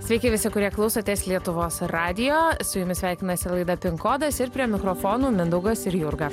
sveiki visi kurie klausotės lietuvos radijo su jumis sveikinasi laida pin kodas ir prie mikrofonų mindaugas ir jurga